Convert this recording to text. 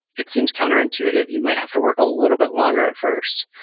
it seems counterintuitive. you might have to work a little bit longer at first.